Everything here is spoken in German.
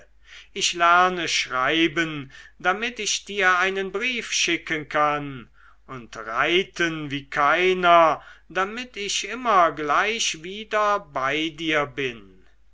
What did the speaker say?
ich lerne schreiben damit ich dir einen brief schicken kann und reiten wie keiner damit ich immer gleich wieder bei dir bin